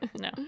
no